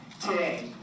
Today